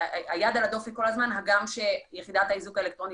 היד על הדופק כל הזמן הגם שיחידת האיזוק האלקטרוני